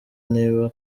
niba